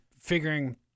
figuring